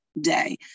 day